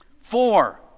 Four